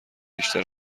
بیشتر